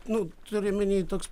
nu turiu omeny toks